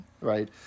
right